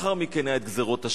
לאחר מכן היו גזירות השמד,